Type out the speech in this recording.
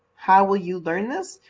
how will you learn this?